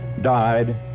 died